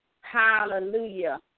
Hallelujah